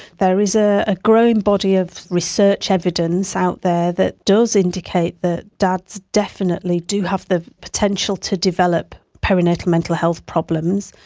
there is a ah growing body of research evidence out there that does indicate that dads definitely do have the potential to develop perinatal mental health problems,